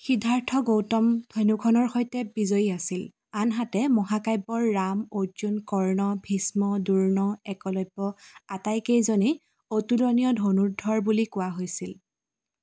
সিদ্ধাৰ্থ গৌতম ধনুখনৰ সৈতে বিজয়ী আছিল আনহাতে মহাকাব্যৰ ৰাম অৰ্জুন কৰ্ণ ভীষ্ম দ্ৰোণ একলব্য আটাইকেইজনেই অতুলনীয় ধনুৰ্দ্ধৰ বুলি কোৱা হৈছিল